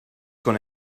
con